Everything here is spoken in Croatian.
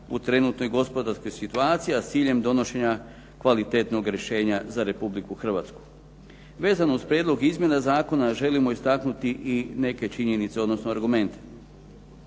u trenutnoj gospodarskoj situaciji, a s ciljem donošenja kvalitetnog rješenja za Republiku Hrvatsku. Vezano uz prijedlog izmjena zakona želimo istaknuti i neke činjenice, odnosno argumente.